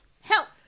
Help